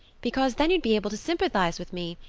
because then you'd be able to sympathize with me.